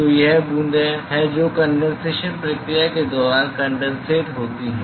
तो ये बूंदें हैं जो कंडेंसेशन प्रक्रिया के दौरान कनडेनसेट होती हैं